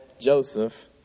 Joseph